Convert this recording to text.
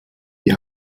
die